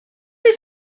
wyt